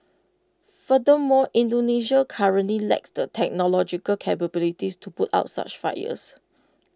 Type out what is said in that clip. furthermore Indonesia currently lacks the technological capabilities to put out such fires